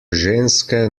ženske